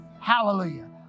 Hallelujah